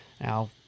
Now